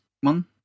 one